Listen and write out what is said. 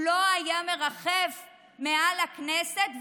הוא לא היה מרחף מעל הכנסת,